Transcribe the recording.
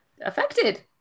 affected